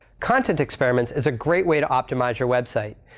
content experiments is a great way to optimize your website.